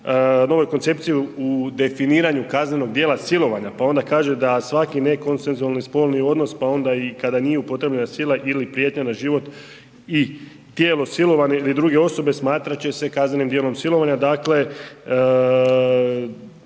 novoj koncepciji u definiraju kaznenog djela silovanja pa onda kaže da svaki nekonsenzualni spolni odnos pa ona i kada nije upotrijebljena sila ili prijetnja na život i tijelo silovane ili druge osobe smatrat će se kaznenim dijelom silovanja, dakle